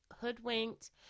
hoodwinked